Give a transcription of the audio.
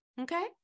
okay